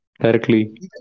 directly